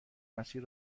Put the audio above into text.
مسیر